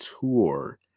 tour